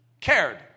cared